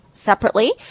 separately